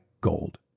gold